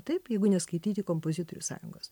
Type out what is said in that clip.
taip jeigu neskaityti kompozitorių sąjungos